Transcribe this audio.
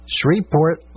Shreveport